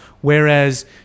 Whereas